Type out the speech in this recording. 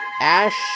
Ash